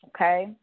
okay